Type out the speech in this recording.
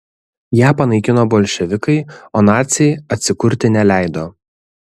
ją panaikino bolševikai o naciai atsikurti neleido